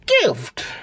gift